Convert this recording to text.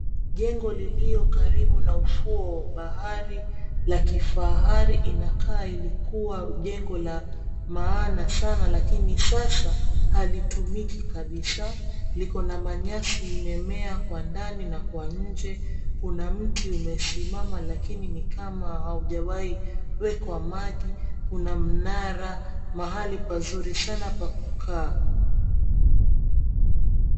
Jengo lilio karibu na ufuo wa bahari la kifahari inakaa ilikua jengo la maana sana lakini sasa halitumiki kabisa, liko na na manyasi imemea kwa ndani na kwa nje. Kuna mti umesimama lakini ni kama haujawai wekwa maji, kuna mnara mahali pazuri sana pa kukaa.